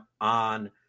on